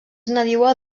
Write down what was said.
nadiua